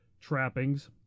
trappings